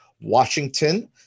Washington